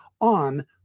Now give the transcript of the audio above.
on